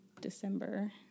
December